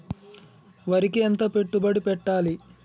వరికి ఎంత పెట్టుబడి పెట్టాలి?